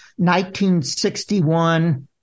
1961